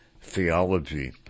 theology